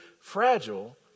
fragile